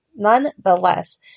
Nonetheless